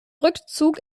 rückzug